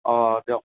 অঁ দিয়ক